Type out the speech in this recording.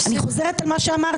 אני חוזרת על מה שאמרתי,